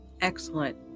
Excellent